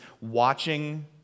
watching